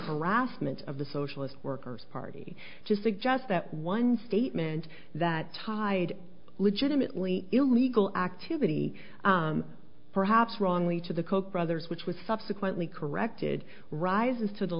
harassment of the socialist workers party to suggest that one statement that tied legitimately illegal activity perhaps wrongly to the koch brothers which was subsequently corrected rises to the